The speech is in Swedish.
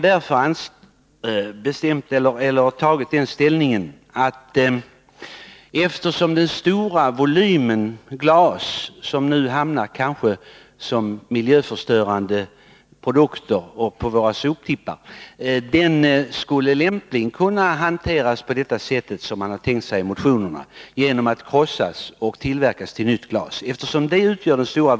Den stora volymen glas, som nu kanske hamnar som miljöförstörande produkter och slängs på våra soptippar, skulle enligt vår mening lämpligen kunna hanteras på det sätt som man har tänkt sig i motionerna — krossas och användas för tillverkning av nytt glas.